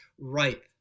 ripe